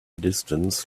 distance